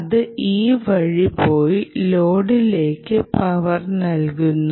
അത് ഈ വഴി പോയി ലോഡിലേക്ക് പവർ നൽകുന്നു